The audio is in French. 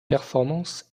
performance